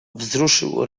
wzruszył